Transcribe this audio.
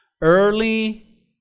Early